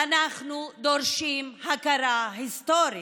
אנחנו דורשים הכרה היסטורית.